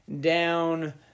down